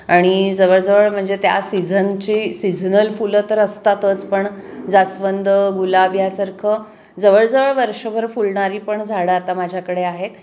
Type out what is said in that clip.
आणि जवळजवळ म्हणजे त्या सीझनची सीझनल फुलं तर असतातच पण जास्वंद गुलाब यासारखं जवळजवळ वर्षभर फुलणारी पण झाडं आता माझ्याकडे आहेत